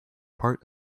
part